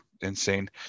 insane